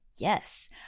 Yes